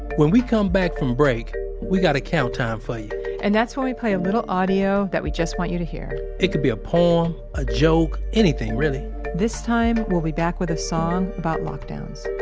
we come back from break we've got a count time for you and that's when we play a little audio that we just want you to hear it could be a poem, a joke, anything, really this time we'll be back with a song about lockdowns